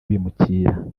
bimukira